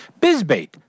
Bizbait